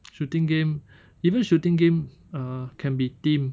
shooting game even shooting game uh can be team